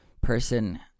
person